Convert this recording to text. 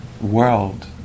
world